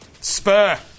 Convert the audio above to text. Spur